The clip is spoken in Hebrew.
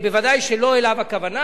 ודאי שלא אליו הכוונה.